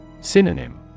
Synonym